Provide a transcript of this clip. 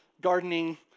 gardening